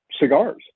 cigars